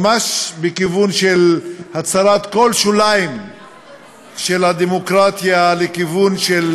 ממש בכיוון של הצרת כל השוליים של הדמוקרטיה לכיוון של